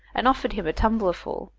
and offered him a tumblerful,